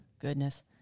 Goodness